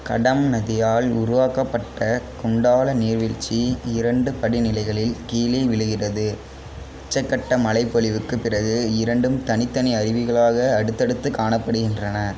கடம் நதியால் உருவாக்கப்பட்ட குண்டால நீர்வீழ்ச்சி இரண்டு படிநிலைகளில் கீழே விழுகிறது உச்சகட்ட மழை பொழிவுக்குப் பிறகு இரண்டும் தனித்தனி அருவிகளாக அடுத்தடுத்து காணப்படுகின்றன